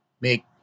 make